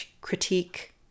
critique